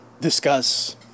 discuss